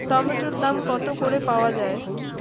টমেটোর দাম কত করে পাওয়া যায়?